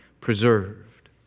preserved